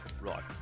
Right